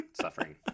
suffering